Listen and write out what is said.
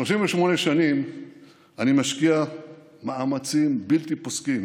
38 שנים אני משקיע מאמצים בלתי פוסקים